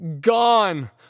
gone